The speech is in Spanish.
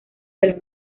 del